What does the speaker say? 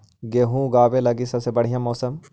गेहूँ ऊगवे लगी सबसे बढ़िया मौसम?